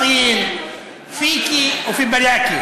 הרי את יודעת ערבית.